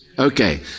Okay